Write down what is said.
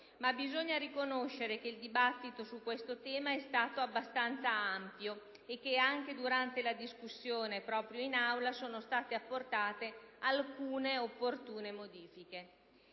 Bisogna però riconoscere che il dibattito su questo tema è stato abbastanza ampio e che anche durante la discussione in Aula sono state apportate alcune opportune modifiche.